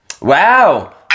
Wow